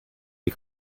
die